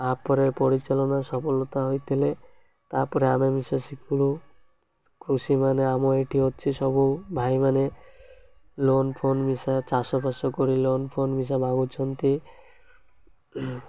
ତା'ପରେ ପରିଚାଳନା ସଫଳତା ହୋଇଥିଲେ ତା'ପରେ ଆମେ ମିଶା ଶିଖିଲୁ କୃଷିମାନେ ଆମ ଏଠି ଅଛି ସବୁ ଭାଇମାନେ ଲୋନ୍ ଫୋନ ମିଶା ଚାଷବାସ କରି ଲୋନ୍ ଫୋନ୍ ମିଶା ମାଗୁଛନ୍ତି